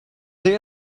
there